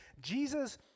Jesus